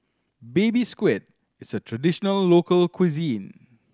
Baby Squid is a traditional local cuisine